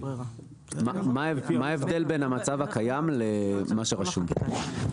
מה ההבדל בין המצב הקיים למה שרשום פה?